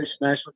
National